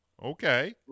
Okay